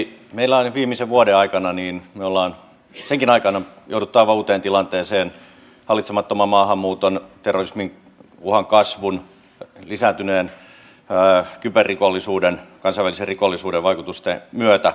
me olemme viimeisen vuodenkin aikana joutuneet aivan uuteen tilanteeseen hallitsemattoman maahanmuuton terrorismin uhan kasvun lisääntyneen kyberrikollisuuden kansainvälisen rikollisuuden vaikutusten myötä